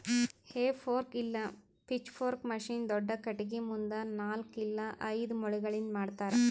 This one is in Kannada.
ಹೇ ಫೋರ್ಕ್ ಇಲ್ಲ ಪಿಚ್ಫೊರ್ಕ್ ಮಷೀನ್ ದೊಡ್ದ ಖಟಗಿ ಮುಂದ ನಾಲ್ಕ್ ಇಲ್ಲ ಐದು ಮೊಳಿಗಳಿಂದ್ ಮಾಡ್ತರ